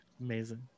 Amazing